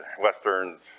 westerns